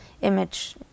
image